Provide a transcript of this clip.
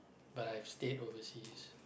but I've stayed overseas